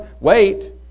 wait